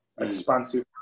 expansive